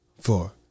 four